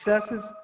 successes